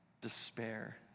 despair